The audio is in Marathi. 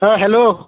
हा हॅलो